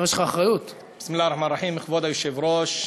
בסם אללה א-רחמאן א-רחים,